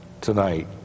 tonight